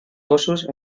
gossos